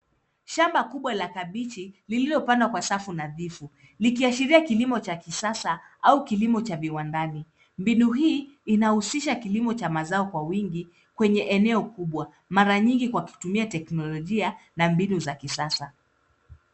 Shamba kubwa la kabichi lililopandwa kwa safu nadhifu likiashiria kilimo cha kisasa au kilimo cha viwandani. Mbinu hii inahusisha kilimo cha mazao kwa wingi kwenye eneo kubwa, mara nyingi kwa kutumia teknolojia na mbinu za kisasa.